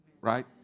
right